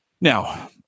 Now